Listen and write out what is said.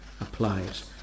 applies